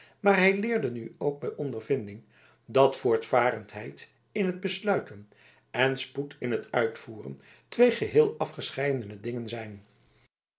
maar hij leerde nu ook bij ondervinding dat voortvarendheid in t besluiten en spoed in het uitvoeren twee geheel afgescheidene dingen zijn